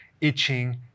itching